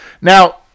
Now